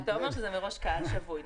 אתה אומר שזה מראש קהל שבוי,